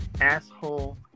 Asshole